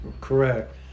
Correct